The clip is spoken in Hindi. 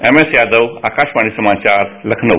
एमएस यादव आकाशवाणी समाचार लखनऊ